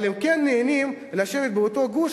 אבל הם כן נהנים לשבת באותו גוש,